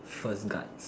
first guards